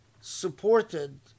supported